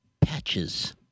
Patches